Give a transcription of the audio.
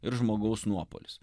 ir žmogaus nuopuolis